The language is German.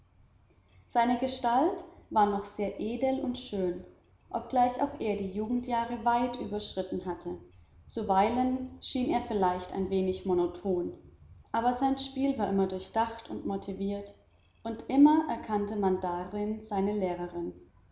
seine gestalt war noch sehr edel und schön obgleich auch er die jugendjahre weit überschritten hatte zuweilen schien er vielleicht ein wenig monoton aber sein spiel war immer durchdacht und motiviert und immer erkannte man darin seine lehrerin